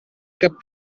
cap